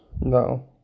No